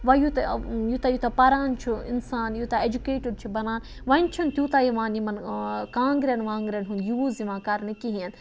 وۄنۍ یُت یوٗتاہ یوٗتاہ پَران چھُ اِنسان یوٗتاہ ایٚجُکیٹِڈ چھُ بَنان وۄنۍ چھُنہٕ تیوٗتاہ یِوان یِمَن کانٛگریٚن وانٛگریٚن ہُنٛد یوٗز یِوان کَرنہٕ کِہیٖنۍ